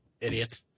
Idiot